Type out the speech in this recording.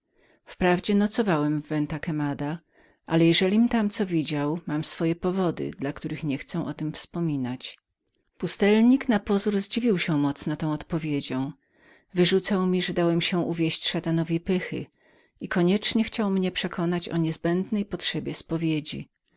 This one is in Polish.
wprawdzie nocowałem w venta quemada ale jeżelim tam co widział mam moje powody dla których niechcę o tem wspominać pustelnik na pozór zdziwił się mocno tą odpowiedzią wyrzucał że dałem się uwieść szatanowi pychy i koniecznie chciał mnie przekonać o nieodbitej potrzebie spowiedzi